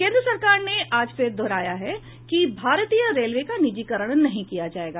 केन्द्र सरकार ने आज फिर दोहराया है कि भारतीय रेलवे का निजीकरण नहीं किया जायेगा